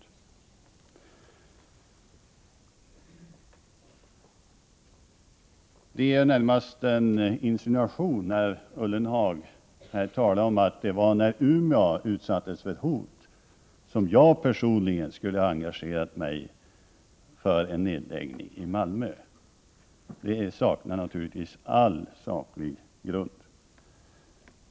Det är närmast en insinuation som Ullenhag ger uttryck för när han här talar om att det var när Umeå utsattes för hot som jag personligen skulle ha engagerat mig för en nedläggning i Malmö. Detta saknar naturligtvis all saklig grund.